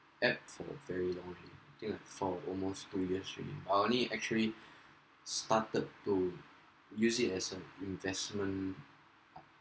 app for very long already I think like for almost two years already I only actually started to use it as a investment